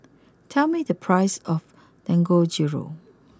tell me the prices of Dangojiru